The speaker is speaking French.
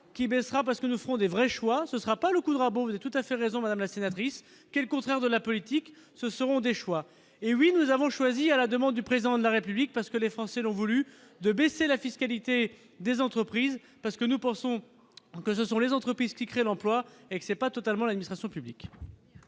qui baissera parce que nous ferons des vrais choix, ce sera pas l'eau coulera bon tout à fait raison madame la sénatrice quel concert de la politique, ce seront des choix et oui, nous avons choisi, à la demande du président de la République parce que les Français l'ont voulue, de baisser la fiscalité des entreprises parce que nous pensons que ce sont les entreprises qui créent l'emploi et c'est pas totalement l'accusation publique.